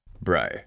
bro